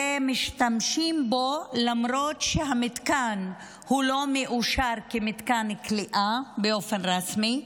ומשתמשים בו למרות שהמתקן לא מאושר כמתקן כליאה רשמי.